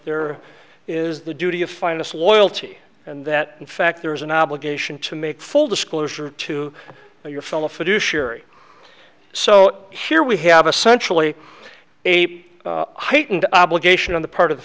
there is the duty of finest loyalty and that in fact there is an obligation to make full disclosure to your fellow fiduciary so here we have a centrally eight heightened obligation on the part of the